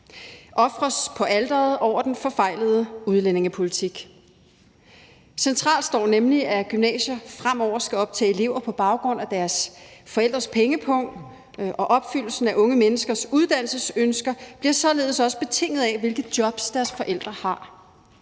ofres på alteret over den forfejlede udlændingepolitik. Centralt står nemlig, at gymnasier fremover skal optage elever på baggrund af deres forældres pengepung, og opfyldelsen af unge menneskers uddannelsesønsker bliver således også betinget af, hvilke jobs deres forældre har.